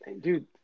dude